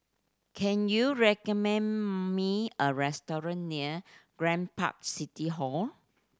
can you recommend me a restaurant near Grand Park City Hall